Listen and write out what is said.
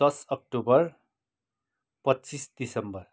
दस अक्टोबर पच्चिस दिसम्बर